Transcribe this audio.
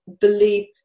believe